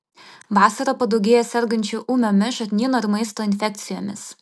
vasarą padaugėja sergančių ūmiomis žarnyno ir maisto infekcijomis